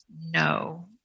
no